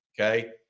Okay